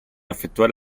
effettuare